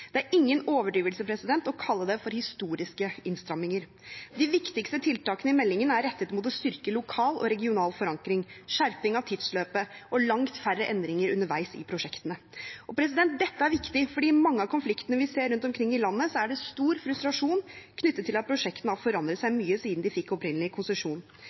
Det er ingen overdrivelse å kalle det for historiske innstramminger. De viktigste tiltakene i meldingen er rettet mot å styrke lokal og regional forankring, skjerping av tidsløpet og langt færre endringer underveis i prosjektene. Dette er viktig, for i mange av konfliktene vi ser rundt omkring i landet, er det stor frustrasjon knyttet til at prosjektene har forandret seg mye siden de fikk opprinnelig konsesjon.